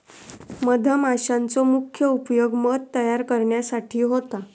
मधमाशांचो मुख्य उपयोग मध तयार करण्यासाठी होता